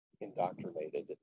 indoctrinated